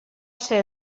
ser